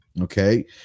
okay